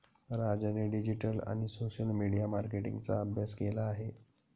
राजाने डिजिटल आणि social media मार्केटिंगचा अभ्यास केला आहे